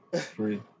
free